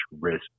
risk